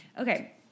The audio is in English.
Okay